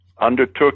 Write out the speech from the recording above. undertook